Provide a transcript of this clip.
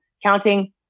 Counting